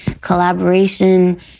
collaboration